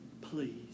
please